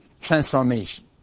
transformation